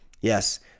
Yes